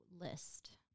list